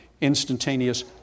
instantaneous